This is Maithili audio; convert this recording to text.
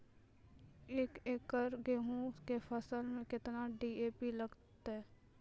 एक एकरऽ गेहूँ के फसल मे केतना डी.ए.पी लगतै?